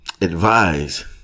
advise